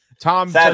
Tom